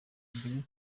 mbere